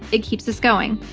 it keeps us going.